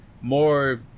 more